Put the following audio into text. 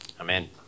Amen